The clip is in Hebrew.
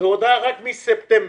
בהודעה רק מספטמבר.